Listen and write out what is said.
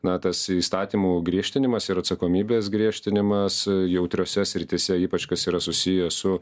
na tas įstatymų griežtinimas ir atsakomybės griežtinimas jautriose srityse ypač kas yra susiję su